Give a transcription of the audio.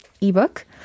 ebook